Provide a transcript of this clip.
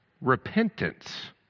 Repentance